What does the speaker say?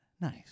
Nice